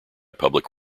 public